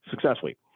successfully